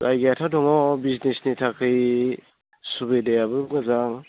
जायगायाथ' दङ बिजनेसनि थाखै सुबिदायाबो मोजां